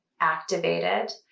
activated